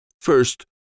First